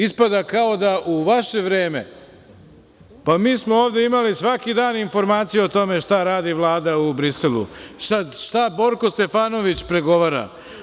Ispada kao da u vaše vreme, pa mi smo ovde imali svaki dan informaciju o tome šta radi Vlada u Briselu, šta Borko Stefanović pregovara.